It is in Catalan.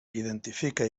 identifica